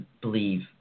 believe